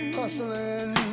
hustling